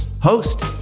host